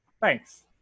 Thanks